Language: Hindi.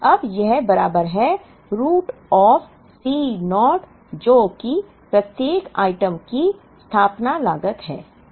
अब यह बराबर है रूट ऑफ़ C naught जो की प्रत्येक आइटम की स्थापना लागत है